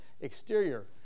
exterior